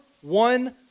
one